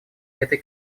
этой